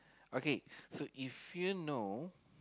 okay so if you know